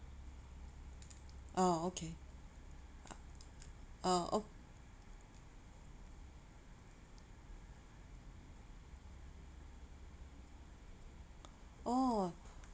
oh okay oh o~ oh